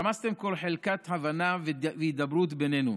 רמסתם כל חלקת הבנה והידברות בינינו.